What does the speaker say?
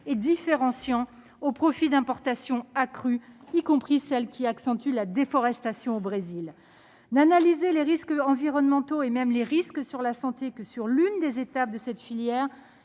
différencient, au profit d'importations accrues, y compris celles qui accentuent la déforestation au Brésil ? Analyser les risques environnementaux, et même les risques sur la santé, sur une seule des étapes de cette filière,